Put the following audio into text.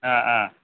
আঁ আঁ